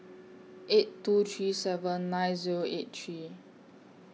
eight two three seven nine Zero eight three